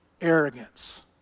arrogance